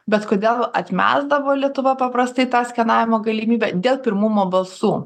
bet kodėl atmesdavo lietuva paprastai tą skenavimo galimybę dėl pirmumo balsų